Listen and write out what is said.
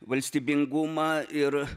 valstybingumą ir